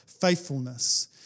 Faithfulness